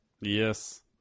Yes